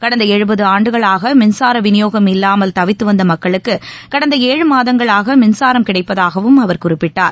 கடந்தஎழுபதுஆண்டுகளாகமின்சாரவிநியோகம் இல்லாமல் தவித்துவந்தமக்களுக்குகடந்த ஏழு மாதங்களாகமின்சாரம் கிடைப்பதாகவும் அவர் குறிப்பிட்டார்